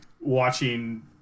watching